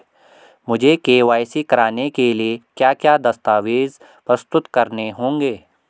मुझे के.वाई.सी कराने के लिए क्या क्या दस्तावेज़ प्रस्तुत करने होंगे?